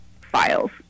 files